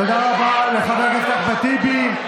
תודה רבה לחבר הכנסת אחמד טיבי.